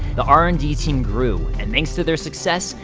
the r and d team grew, and thanks to their success,